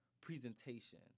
presentation